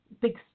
big